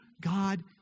God